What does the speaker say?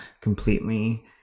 completely